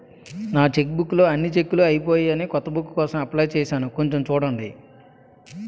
నా చెక్బుక్ లో అన్ని చెక్కులూ అయిపోయాయని కొత్త బుక్ కోసం అప్లై చేసాను కొంచెం చూడండి